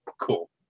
Cool